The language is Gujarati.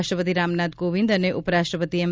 રાષ્ટ્રપતિ રામનાથ કોવિંદ અને ઉપરાષ્ટ્રપતિ એમ